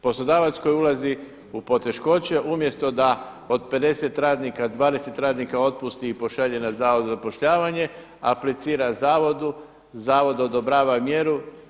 Poslodavac koji ulazi u poteškoće umjesto da od 50 radnika 20 radnika otpusti i pošalje na Zavod za zapošljavanje aplicira Zavodu, Zavod odobrava mjeru.